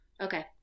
okay